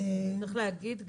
צריך גם להגיד,